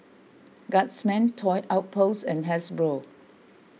Guardsman Toy Outpost and Hasbro